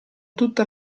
tutta